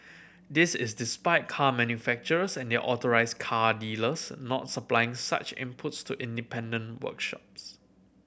this is despite car manufacturers and their authorise car dealers not supplying such inputs to independent workshops